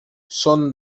són